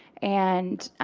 and